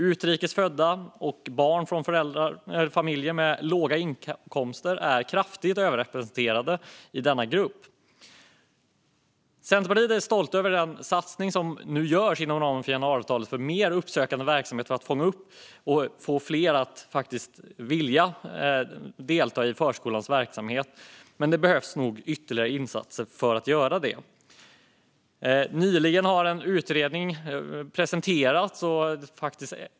Utrikes födda barn och barn från familjer med låga inkomster är kraftigt överrepresenterade i denna grupp. Vi i Centerpartiet är stolta över den satsning som nu görs inom ramen för januariavtalet för mer uppsökande verksamhet så att man kan fånga upp och få fler att vilja delta i förskolans verksamhet. Men ytterligare insatser lär behövas. Nyligen presenterades en utredning om detta.